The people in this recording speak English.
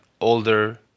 older